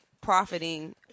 profiting